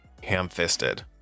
ham-fisted